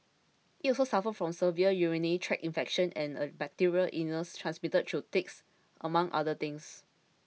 it also suffered from severe urinary tract infection and a bacterial illness transmitted through ticks among other things